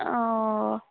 ಓ